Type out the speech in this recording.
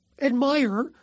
admire